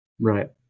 Right